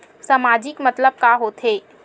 सामाजिक मतलब का होथे?